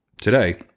today